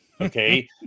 okay